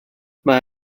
mae